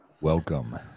Welcome